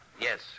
Yes